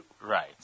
right